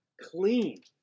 clean